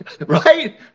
Right